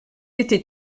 été